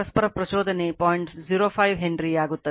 05 ಹೆನ್ರಿಯಾಗುತ್ತದೆ